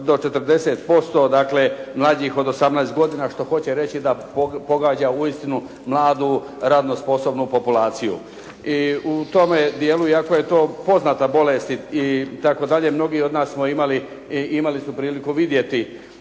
dakle mlađih od 18 godina što hoće reći da pogađa uistinu mladu radno sposobnu populaciju. I u tome dijelu iako je to poznata bolest itd. mnogi od nas smo imali i imali smo priliku vidjeti